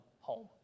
home